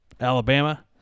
Alabama